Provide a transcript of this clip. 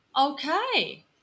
Okay